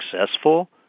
successful